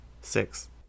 Six